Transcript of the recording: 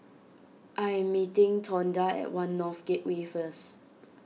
I am meeting Tonda at one North Gateway first